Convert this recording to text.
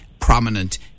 prominent